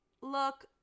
look